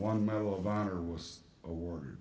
one medal of honor was a war